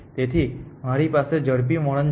તેથી મારી પાસે ઝડપી વર્ણન છે